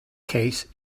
case